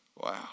Wow